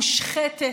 מושחתת,